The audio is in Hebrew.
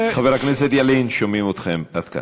חבר הכנסת ילין, שומעים אתכם עד כאן.